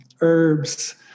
herbs